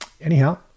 Anyhow